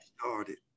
started